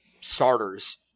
starters –